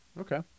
Okay